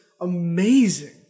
amazing